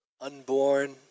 unborn